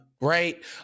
right